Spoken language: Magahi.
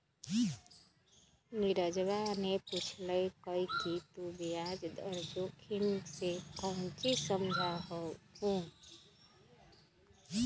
नीरजवा ने पूछल कई कि तू ब्याज दर जोखिम से काउची समझा हुँ?